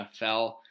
NFL